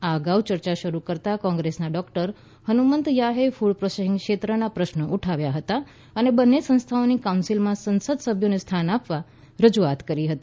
આ અગાઉ ચર્ચા શરૂ કરતાં કોંગ્રેસના ડોક્ટર હનુમંતૈયાહે ફૂડ પ્રોસેસિંગ ક્ષેત્રના પ્રશ્નો ઉઠાવ્યા હતા અને બંને સંસ્થાઓની કાઉન્સિલમાં સંસદ સભ્યોને સ્થાન આપવા રજૂઆત કરી હતી